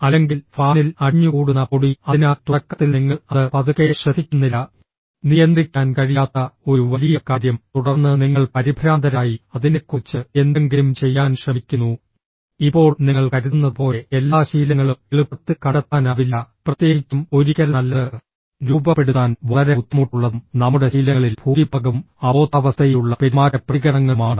അല്ലെങ്കിൽ ഫാനിൽ അടിഞ്ഞുകൂടുന്ന പൊടി അതിനാൽ തുടക്കത്തിൽ നിങ്ങൾ അത് പതുക്കെ ശ്രദ്ധിക്കുന്നില്ല നിയന്ത്രിക്കാൻ കഴിയാത്ത ഒരു വലിയ കാര്യം തുടർന്ന് നിങ്ങൾ പരിഭ്രാന്തരായി അതിനെക്കുറിച്ച് എന്തെങ്കിലും ചെയ്യാൻ ശ്രമിക്കുന്നു ഇപ്പോൾ നിങ്ങൾ കരുതുന്നതുപോലെ എല്ലാ ശീലങ്ങളും എളുപ്പത്തിൽ കണ്ടെത്താനാവില്ല പ്രത്യേകിച്ചും ഒരിക്കൽ നല്ലത് രൂപപ്പെടുത്താൻ വളരെ ബുദ്ധിമുട്ടുള്ളതും നമ്മുടെ ശീലങ്ങളിൽ ഭൂരിഭാഗവും അബോധാവസ്ഥയിലുള്ള പെരുമാറ്റ പ്രതികരണങ്ങളുമാണ്